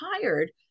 hired